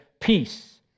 peace